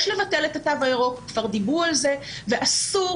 יש לבטל את התו הירוק כבר דיברו על זה ואסור